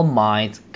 minds